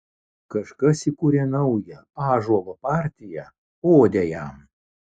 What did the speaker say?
kažkas įkūrė naują ąžuolo partiją odę jam